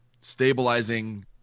stabilizing